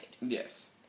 Yes